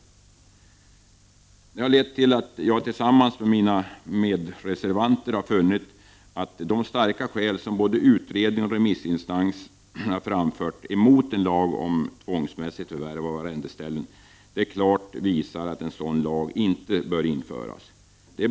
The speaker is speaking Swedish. Detta har lett till att jag tillsammans med mina medreservanter har funnit att de starka skäl som både utredningen och remissinstanserna har framfört mot en lag om tvångsmässigt förvärv av arrendeställen, klart visar att en sådanlag inte bör införas.